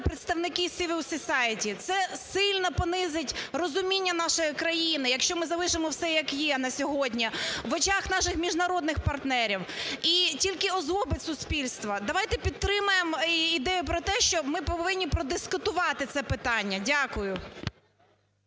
представники civilian society. Це сильно понизить розуміння нашої країни, якщо ми залишимо все, як є на сьогодні, в очах наших міжнародних партнерів і тільки озлобить суспільство. Давайте підтримаємо ідею про те, що ми повинні подискутувати це питання. Дякую.